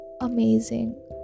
amazing